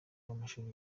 w’amashuri